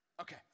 Okay